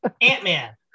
ant-man